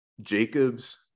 Jacobs